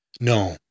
No